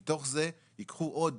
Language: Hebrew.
מתוך זה, ייקחו עוד